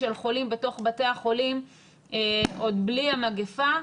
של חולים בתוך בתי החולים עוד בלי המגפה,